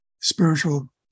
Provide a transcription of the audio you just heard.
spiritual